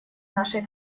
нашей